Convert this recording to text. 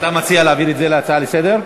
אתה מציע להפוך את זה להצעה לסדר-היום?